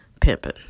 pimping